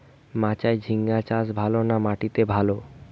মাচায় ঝিঙ্গা চাষ ভালো না মাটিতে ভালো?